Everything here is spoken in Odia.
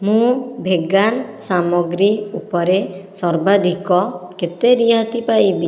ମୁଁ ଭେଗାନ୍ ସାମଗ୍ରୀ ଉପରେ ସର୍ବାଧିକ କେତେ ରିହାତି ପାଇବି